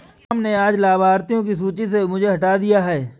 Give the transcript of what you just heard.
राम ने आज लाभार्थियों की सूची से मुझे हटा दिया है